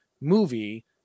movie